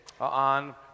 on